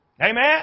Amen